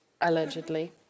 allegedly